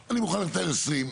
אני מוכן לתת 20%,